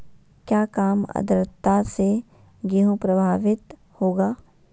क्या काम आद्रता से गेहु प्रभाभीत होगा?